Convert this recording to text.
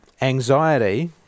anxiety